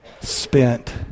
spent